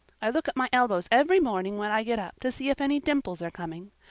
i look at my elbows every morning when i get up to see if any dimples are coming.